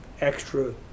extra